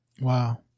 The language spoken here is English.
Wow